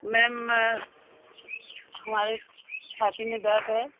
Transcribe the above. ma'am हमारे छाती में दर्द है